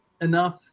enough